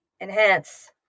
Enhance